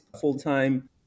full-time